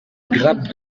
grappe